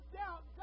doubt